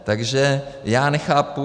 Takže já nechápu...